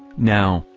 now,